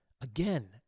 Again